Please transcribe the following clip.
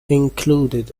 included